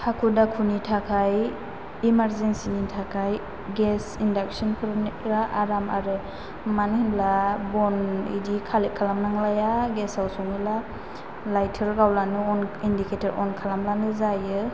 हाखु दाखुनि थाखाय इमारजेनसि नि थाखाय गेस इन्दाकसोन फोरनिफोरा आराम आरो मानो होनब्ला बन इदि कालेक्ट खालामनांलाया गेसाव सङोब्ला लाइटार गावब्लानो अन इन्दिकेट'र अन खालामब्लानो जायो